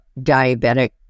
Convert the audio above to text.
diabetic